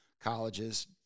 colleges